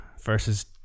versus